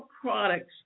products